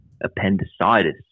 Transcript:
appendicitis